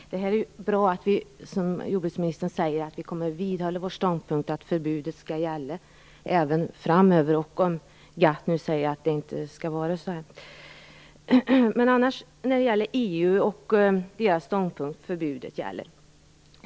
Fru talman! Det är bra att vi, som jordbruksministern säger, vidhåller vår ståndpunkt att förbudet skall gälla framöver även om GATT säger att det inte skall vara så. EU:s ståndpunkt är att förbudet gäller.